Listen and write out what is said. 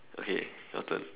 okay your turn